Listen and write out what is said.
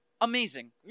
Amazing